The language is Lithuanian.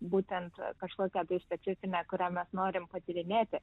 būtent kažkokią tai specifinę kurią mes norim patyrinėti